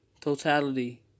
totality